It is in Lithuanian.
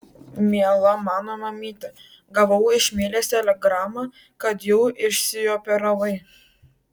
miela mano mamyte gavau iš milės telegramą kad jau išsioperavai